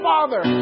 Father